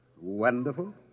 Wonderful